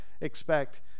expect